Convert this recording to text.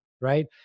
Right